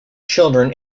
children